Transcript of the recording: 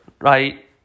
right